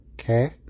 okay